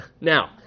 Now